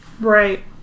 Right